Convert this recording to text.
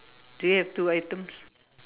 do you have two items